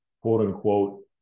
quote-unquote